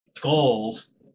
goals